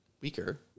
weaker